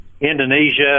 Indonesia